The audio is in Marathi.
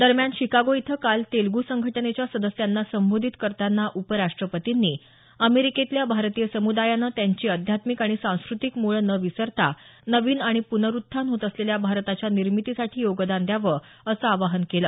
दरम्यान शिकागो इथं काल तेलगू संघटनेच्या सदस्यांना संबोधित करताना उपराष्ट्रपतींनी अमेरिकेतल्या भारतीय समुदायानं त्यांची आध्यात्मिक आणि सांस्कृतिक मुळं न विसरता नवीन आणि प्नरुत्थान होत असलेल्या भारताच्या निर्मितीसाठी योगदान द्यावं असं आवाहन केलं